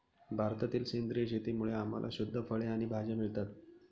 भारतातील सेंद्रिय शेतीमुळे आम्हाला शुद्ध फळे आणि भाज्या मिळतात